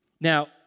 Now